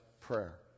prayer